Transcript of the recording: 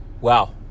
Wow